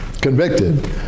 convicted